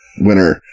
winner